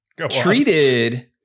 Treated